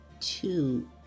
Two